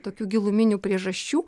tokių giluminių priežasčių